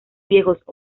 viejos